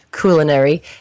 culinary